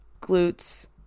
glutes